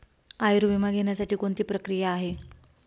आयुर्विमा घेण्यासाठी कोणती प्रक्रिया आहे?